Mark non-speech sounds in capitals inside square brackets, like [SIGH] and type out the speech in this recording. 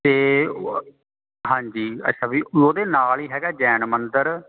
ਅਤੇ [UNINTELLIGIBLE] ਹਾਂਜੀ ਅੱਛਾ ਵੀ ਉਹਦੇ ਨਾਲ ਹੀ ਹੈਗਾ ਜੈਨ ਮੰਦਰ